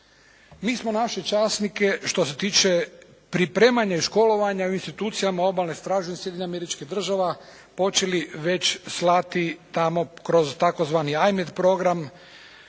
Mi smo naše časnike što se tiče pripremanja i školovanja u institucijama Obalne straže Sjedinjenih Američkih Država počeli već slati tamo kroz tzv. IMET program,